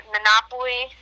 Monopoly